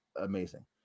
amazing